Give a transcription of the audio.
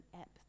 app